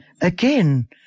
again